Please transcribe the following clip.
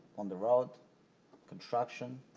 on the road construction,